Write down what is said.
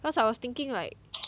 cause I was thinking like